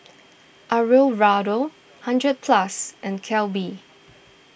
Alfio Raldo hundred Plus and Calbee